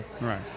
Right